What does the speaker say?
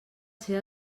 ser